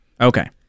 Okay